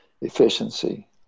efficiency